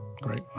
Great